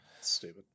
stupid